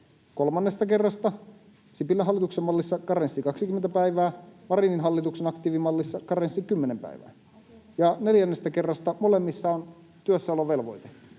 Kolmannesta kerrasta Sipilän hallituksen mallissa karenssi 20 päivää, Marinin hallituksen aktiivimallissa karenssi 10 päivää, [Aino-Kaisa Pekonen: Puhemies, väärä asiakohta!]